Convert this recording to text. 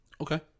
Okay